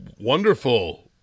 wonderful